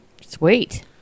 Sweet